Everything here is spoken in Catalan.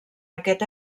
aquest